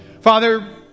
Father